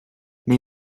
neu